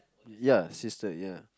ya sister ya